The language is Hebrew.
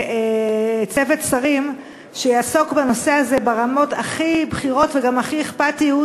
צוות שרים שיעסוק בנושא הזה ברמות הכי בכירות וגם הכי אכפתיות,